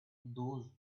those